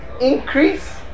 increase